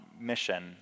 mission